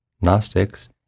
gnostics